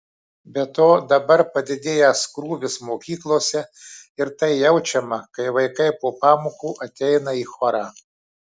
be to dabar padidėjęs krūvis mokyklose ir tai jaučiama kai vaikai po pamokų ateina į chorą